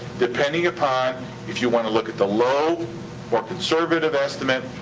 depending upon if you wanna look at the low or conservative estimate,